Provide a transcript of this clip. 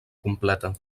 completa